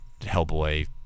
Hellboy